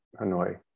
Hanoi